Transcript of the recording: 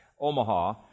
Omaha